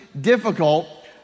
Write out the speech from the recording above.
difficult